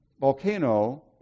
volcano